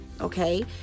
okay